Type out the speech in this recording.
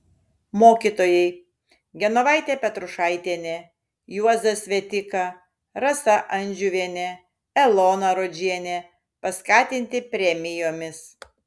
mokytojai genovaitė petrušaitienė juozas svetika rasa andžiuvienė elona rodžienė paskatinti premijomis